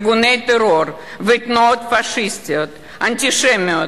ארגוני טרור ותנועות פאשיסטיות אנטישמיות